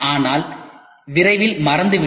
ஆனால் விரைவில் மறைந்துவிட்டது